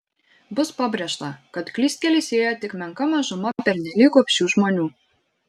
bus pabrėžta kad klystkeliais ėjo tik menka mažuma pernelyg gobšių žmonių